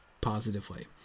positively